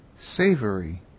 savory